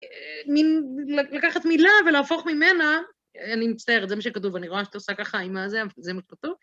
לקחת מילה ולהפוך ממנה, אני מצטערת, זה מה שכתוב, אני רואה שאת עושה ככה עם הזה, זה מה שכתוב.